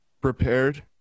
Prepared